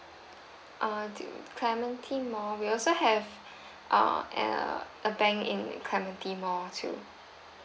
uh the clementi mall we also have uh eh uh a bank in clementi mall too